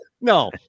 no